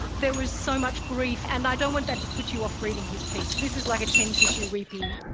there was so much grief, and i don't want that to put you off reading his piece. this is like a ten tissue weepy.